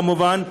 כמובן,